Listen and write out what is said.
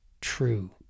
true